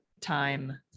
time